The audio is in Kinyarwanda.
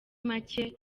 make